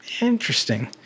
Interesting